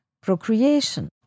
procreation